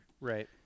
Right